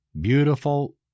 beautiful